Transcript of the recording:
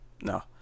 no